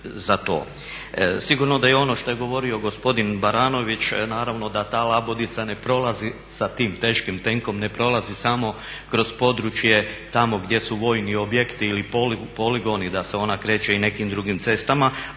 Sigurno da i ono što je govorio gospodin Baranović, naravno da ta labudica ne prolazi sa tim teškim tenkom, ne prolazi samo kroz područje tamo gdje su vojni objekti ili poligoni, da se ona kreće i nekim drugim cestama.